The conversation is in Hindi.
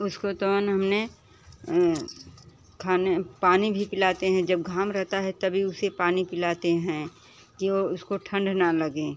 उसको तो हमने खाने पानी भी पिलाते हैं जब घाम रहता है तभी उसे पानी पिलाते हैं कि वो उसको ठंड ना लगे